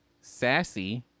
sassy